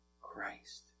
Christ